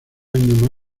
año